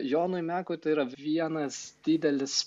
jonui mekui tai yra vienas didelis